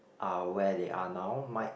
are where they are now might